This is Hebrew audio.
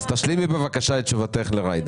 אז תשלימי, בבקשה, את תשובתך לג'ידא.